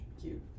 Cute